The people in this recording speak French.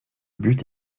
but